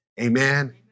Amen